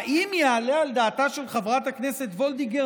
האם יעלה על דעתה של חברת הכנסת וולדיגר,